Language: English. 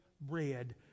bread